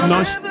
Nice